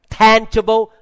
tangible